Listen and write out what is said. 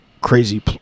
crazy